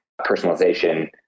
personalization